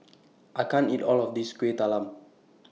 I can't eat All of This Kueh Talam